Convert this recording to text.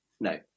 no